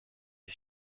die